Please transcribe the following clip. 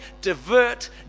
divert